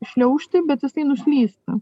šliaužti bet jisai nuslysta